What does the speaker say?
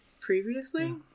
previously